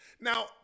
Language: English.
Now